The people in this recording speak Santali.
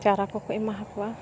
ᱪᱟᱨᱟ ᱠᱚᱠᱚ ᱮᱢᱟ ᱦᱟᱠᱚᱣᱟ